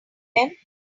them